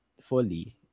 fully